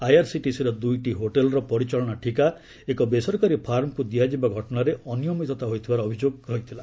ଆଇଆର୍ସିଟିସିର ଦ୍ରଇଟି ହୋଟେଲ୍ର ପରିଚାଳନା ଠିକା ଏକ ବେସରକାରୀ ଫାର୍ମକ୍ ଦିଆଯିବା ଘଟଣାରେ ଅନିୟମିତତା ହୋଇଥିବାର ଅଭିଯୋଗ ରହିଥିଲା